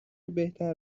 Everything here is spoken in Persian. بهتر